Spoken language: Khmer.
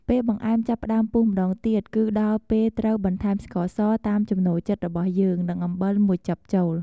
ពេលបង្អែមចាប់ផ្ដើមពុះម្តងទៀត គឺដល់ពេលត្រូវ បន្ថែមស្ករស តាមចំណូលចិត្តរបស់យើង និង អំបិល ១ ចឹបចូល។